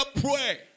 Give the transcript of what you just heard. pray